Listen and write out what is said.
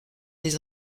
les